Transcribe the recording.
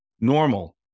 normal